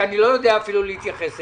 שאני לא יודע אפילו להתייחס אליה.